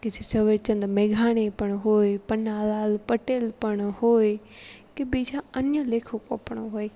કે જે ઝવેરચંદ મેધાણી પણ હોય પન્નાલાલ પટેલ પણ હોય કે બીજા અન્ય લેખકો પણ હોય